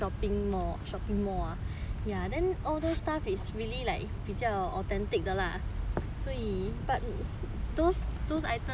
ya then all those stuff is really like 比较 authentic 的 lah 所以 but those those items likely will be more ex more